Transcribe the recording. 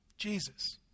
Jesus